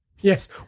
Yes